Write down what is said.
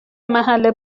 محل